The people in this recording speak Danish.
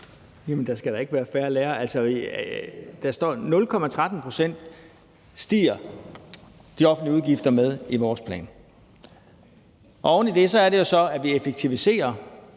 der skal da ikke være færre lærere. Altså, der står i vores plan, at de offentlige udgifter stiger med 0,13 pct. Oven i det er det jo så, at vi effektiviserer